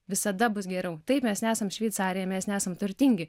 visada bus geriau taip mes nesam šveicarija mes nesam turtingi